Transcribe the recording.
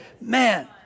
Man